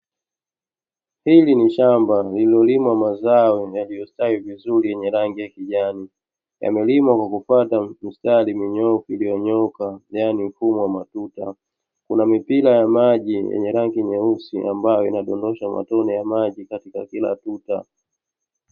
Hili ni shamba lililolimwa mazao yaliyostawi vizuri yenye rangi ya kijani, yamelimwa kwa kufuata mistari minyoofu yaani mfumo wa matuta, kuna mipira ya maji yenye rangi nyeusi ambayo inadondonshamatone ya maji katika kila tuta.